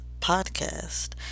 podcast